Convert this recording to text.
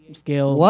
scale